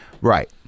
Right